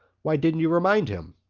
why didn't you remind him?